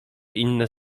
inne